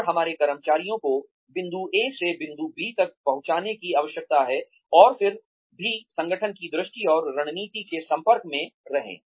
और हमारे कर्मचारियों को बिंदु ए से बिंदु बी तक पहुंचने की आवश्यकता है और फिर भी संगठन की दृष्टि और रणनीति के संपर्क में रहें